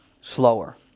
slower